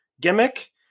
gimmick